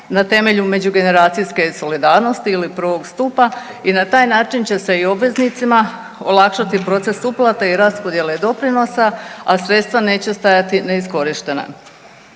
na temelju međugeneracijske solidarnosti ili prvog stupa i na taj način će i obveznicima olakšati proces uplate i raspodjele doprinosa, a sredstva neće stajati neiskorištena.